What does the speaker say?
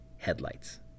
headlights